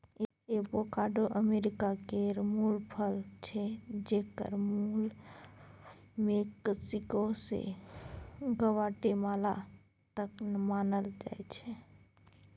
avocado America केर मुल फल छै जकर मुल मैक्सिको सँ ग्वाटेमाला तक मानल जाइ छै